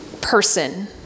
person